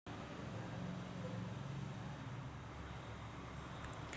खाते मालकाच्या मागणीनुसार खाते तपासणी उपलब्ध आहे